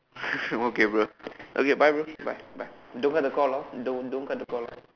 okay bro okay bye bro bye bye don't cut the call ah don't don't cut the call ah